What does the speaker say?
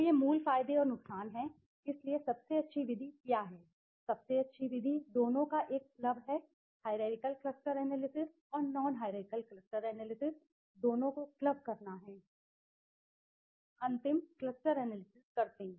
तो ये मूल फायदे और नुकसान हैं इसलिए सबसे अच्छी विधि क्या है सबसे अच्छी विधि दोनों का एक क्लब है हाईरारकिअल क्लस्टर एनालिसिस और नॉन हाईरारकिअल क्लस्टर एनालिसिसदोनों को क्लब करना है अंतिम क्लस्टर एनालिसिस करते हैं